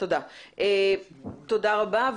תודה רבה.